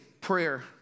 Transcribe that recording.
prayer